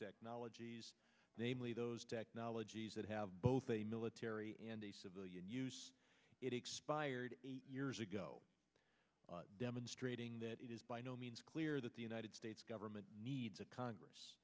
technologies namely those technologies that have both a military and a civilian use it expired years ago demonstrating that it is by no means clear that the united states government needs a congress